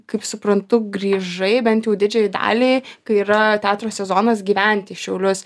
kaip suprantu grįžai bent jau didžiajai daliai kai yra teatro sezonas gyventi į šiaulius